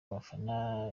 abafana